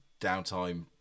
downtime